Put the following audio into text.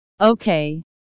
Okay